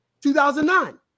2009